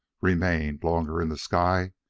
remained longer in the sky,